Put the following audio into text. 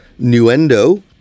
Nuendo